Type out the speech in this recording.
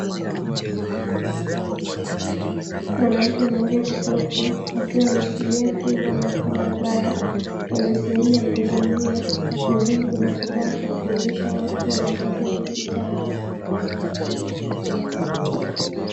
Mwanamke mmoja kipofu akiwa ameshikilia fimbo anavuka barabara kwenye sehemu ya pundamilia, pembeni kuna kibao cha kujulisha watu wanatakiwa kupita hapo.